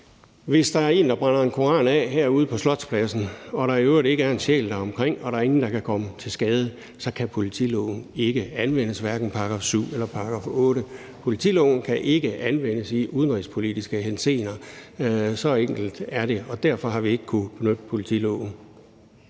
Hvis der er en, der brænder en koran af herude på Slotspladsen, og der i øvrigt ikke er en sjæl omkring og der er ingen, der kan komme til skade, så kan politiloven ikke anvendes, hverken § 7 eller § 8. Politiloven kan ikke anvendes i udenrigspolitiske henseender – så enkelt er det. Derfor har vi ikke kunnet benytte politiloven.